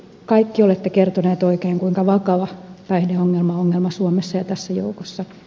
kaikki olette kertoneet oikein kuinka vakava päihdeongelma suomessa ja tässä joukossa on